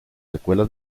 secuelas